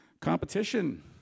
competition